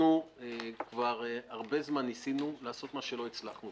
כבר הרבה זמן ניסינו לעשות מה שלא הצלחנו,